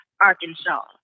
Arkansas